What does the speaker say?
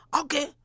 Okay